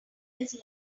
love